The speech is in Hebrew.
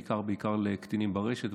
בעיקר בעיקר לקטינים ברשת,